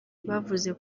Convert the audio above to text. bavuze